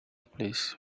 please